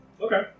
Okay